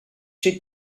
she